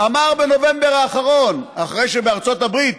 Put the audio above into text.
אמר בנובמבר האחרון, אחרי שבארצות הברית